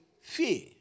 fear